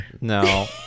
No